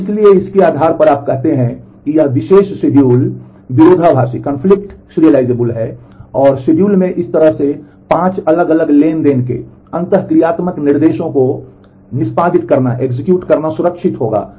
अब इसलिए इसके आधार पर आप कहते हैं कि यह विशेष शेड्यूल विरोधाभासी होगा